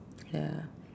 ya